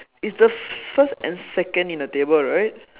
it's the first and second in the table right